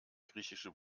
griechische